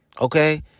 Okay